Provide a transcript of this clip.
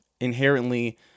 inherently